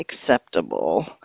acceptable